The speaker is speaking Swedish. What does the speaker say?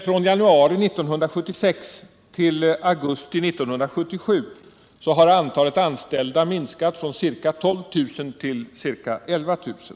Från januari 1976 till augusti 1977 har antalet anställda i Uddeholm minskat från ca 12 000 till ca 11 000.